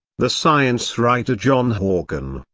the science writer john horgan,